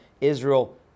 Israel